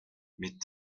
mais